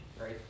right